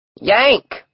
Yank